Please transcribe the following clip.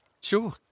sure